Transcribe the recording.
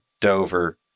Dover